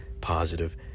positive